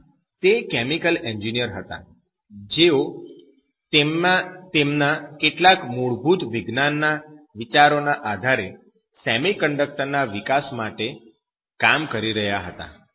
આમ તે chemical engineer હતા જેઓ તેમના કેટલાક મૂળભૂત વિજ્ઞાનના વિચારોના આધારે સેમિકન્ડક્ટર ના વિકાસ માટે કામ કરી રહ્યા હતા